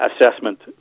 assessment